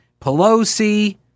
pelosi